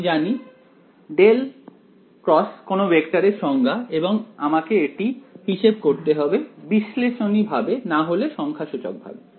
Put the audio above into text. আমি জানি ∇× কোন ভেক্টর এর সংজ্ঞা এবং আমাকে এটি হিসেব করতে হবে বিশ্লেষণীভাবে না হলে সংখ্যাসূচকভাবে